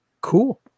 cool